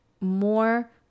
more